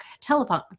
telephone